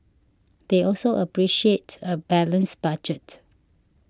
they also appreciate a balanced budget